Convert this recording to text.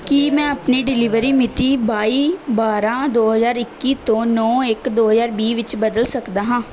ਕੀ ਮੈਂ ਆਪਣੀ ਡਿਲੀਵਰੀ ਮਿਤੀ ਬਾਈ ਬਾਰਾਂ ਦੋ ਹਜ਼ਾਰ ਇੱਕੀ ਤੋਂ ਨੌਂ ਇੱਕ ਦੋ ਹਜ਼ਾਰ ਵੀਹ ਵਿੱਚ ਬਦਲ ਸਕਦਾ ਹਾਂ